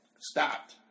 stopped